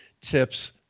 tips